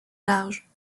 large